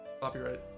Copyright